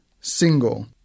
single